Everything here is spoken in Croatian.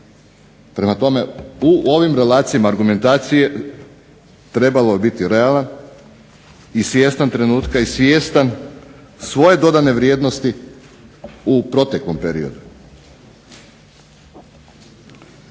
Prema tome, u ovim relacijama argumentacije trebalo bi biti realan i svjestan trenutka i svjestan svoje dodane vrijednosti u proteklom periodu.